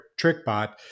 TrickBot